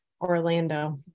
orlando